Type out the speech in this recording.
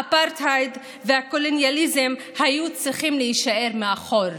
האפרטהייד והקולוניאליזם היו צריכים להישאר מאחור,